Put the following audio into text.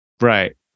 Right